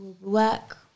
work